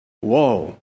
Whoa